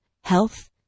health